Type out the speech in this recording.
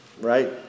Right